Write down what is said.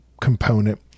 component